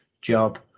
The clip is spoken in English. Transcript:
job